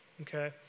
Okay